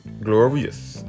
Glorious